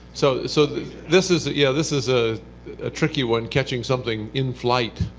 so so this is yeah this is a ah tricky one, catching something in-flight.